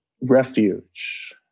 refuge